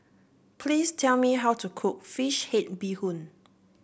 please tell me how to cook fish head Bee Hoon